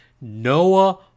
Noah